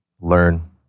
learn